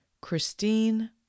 Christine